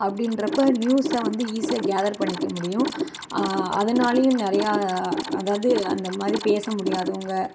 அப்படின்றப்ப நியூஸை வந்து ஈசியாக கேதர் பண்ணிக்க முடியும் அதனாலயும் நிறையா அதாவது அந்தமாதிரி பேசமுடியாதவங்கள்